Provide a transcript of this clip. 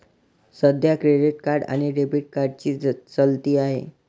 सध्या credit card आणि debit कार्डची चलती आहे